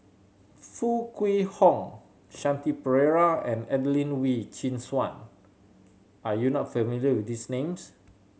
Foo Kwee Horng Shanti Pereira and Adelene Wee Chin Suan are you not familiar with these names